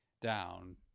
down